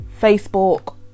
Facebook